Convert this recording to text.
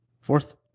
Fourth